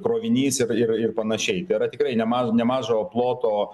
krovinys ir ir ir panašiai tai yra tikrai nema nemažo ploto